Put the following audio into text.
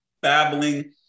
babbling